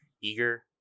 eager